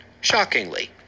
shockingly